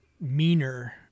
meaner